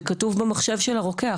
זה כתוב במחשב של הרוקח,